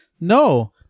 No